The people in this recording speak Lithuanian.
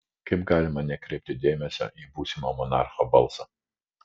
kaip galima nekreipti dėmesio į būsimo monarcho balsą